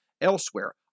elsewhere